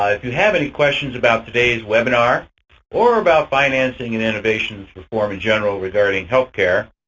ah if you have any questions about today's webinar or about financing and innovations reform in general regarding healthcare,